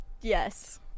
Yes